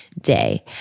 Day